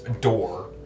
door